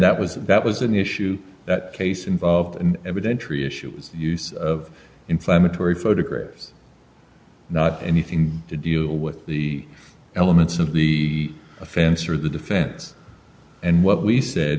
that was that was an issue that case involved and evidentiary issues use of inflammatory photographs not anything to deal with the elements of the offense or the defense and what we said